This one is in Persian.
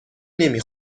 نمی